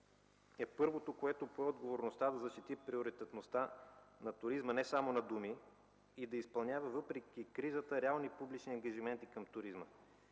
е първото, което пое отговорността да защити приоритетността на туризма не само на думи и да изпълнява въпреки кризата реални публични ангажименти към туризма,